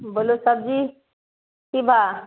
बोलू सब्जी की भाव